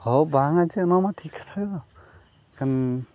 ᱦᱮᱸ ᱵᱟᱝᱼᱟ ᱪᱮ ᱱᱚᱣᱟᱢᱟ ᱴᱷᱤᱠ ᱠᱟᱛᱷᱟ ᱜᱮᱫᱚ ᱢᱮᱱᱠᱷᱟᱱ